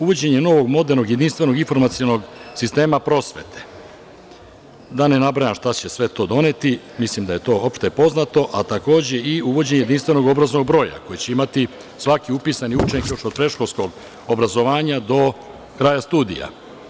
Uvođenjem novog modernog jedinstvenog informacionog sistema prosvete, da ne nabrajam šta će sve to doneti, mislim da je to opšte poznato, a takođe i uvođenje jedinstvenog obrazovnog broja koji će imati svaki upisani učenik još od predškolskog obrazovanja do kraja studija.